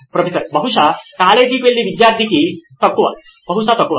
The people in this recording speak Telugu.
ప్రొఫెసర్ బహుశా కాలేజీకి వెళ్ళే విద్యార్థి బహుశా తక్కువ